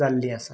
जाल्लीं आसा